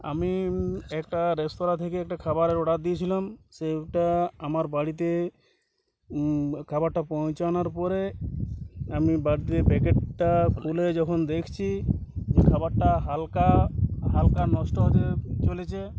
আমি একটা রেস্তোরাঁ থেকে একটা খাবারের অর্ডার দিয়েছিলাম সেইটা আমার বাড়িতে খাবারটা পৌঁছানোর পরে আমি বাদ দিয়ে প্যাকেটটা খুলে যখন দেখছি যে খাবারটা হালকা হালকা নষ্ট হয়ে হতে চলেছে